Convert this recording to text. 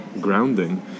grounding